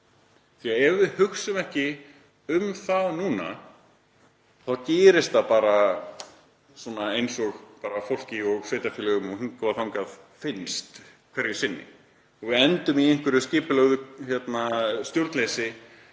Ef við hugsum ekki um það núna þá gerist það bara eins og fólki og sveitarfélögum hingað og þangað finnst hverju sinni og við endum í einhverju stjórnleysi